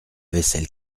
vaisselle